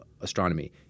astronomy